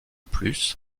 plus